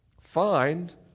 Find